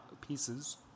pieces